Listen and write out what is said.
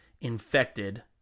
infected